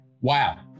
Wow